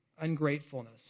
ungratefulness